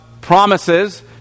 promises